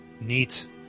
Neat